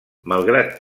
malgrat